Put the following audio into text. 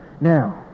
Now